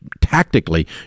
tactically